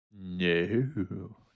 no